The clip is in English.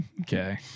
Okay